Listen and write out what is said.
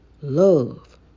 love